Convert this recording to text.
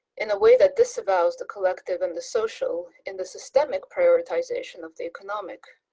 in a way that disavows the collective and the social in the systemic prioritisation of the economic,